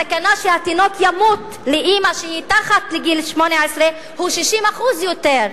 הסכנה שהתינוק לאמא שהיא מתחת לגיל 18 ימות היא 60% יותר.